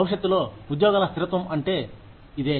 భవిష్యత్తులో ఉద్యోగాల స్థిరత్వం అంటే ఇదే